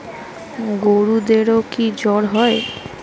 গরুদেরও কি জ্বর হয়?